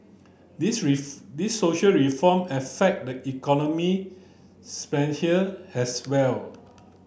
these these social reform affect the economy as well